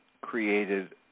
created